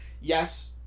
Yes